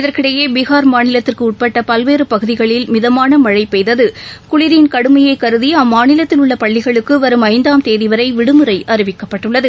இதற்கிடையேபீகா் மாநிலத்திற்குஉட்பட்டபல்வேறுபகுதிகளில் மிதமானமழைபெய்தது குளிரின் கடுமையைகருதிஅம்மாநிலத்தில் உள்ளபள்ளிகளுக்குவரும் ஐந்தாம் தேதிவரைவிடுமுறைஅறிவிக்கப்பட்டுள்ளது